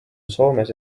soomes